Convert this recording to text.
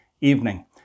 evening